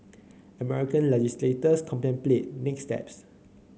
American legislators contemplate next steps